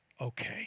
Okay